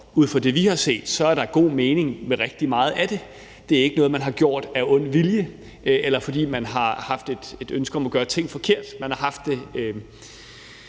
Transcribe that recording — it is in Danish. ud fra det, vi har set, er der god mening i rigtig meget af det. Det er ikke noget, man har gjort af ond vilje, eller fordi man har haft et ønske om at gøre ting forkert.